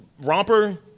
romper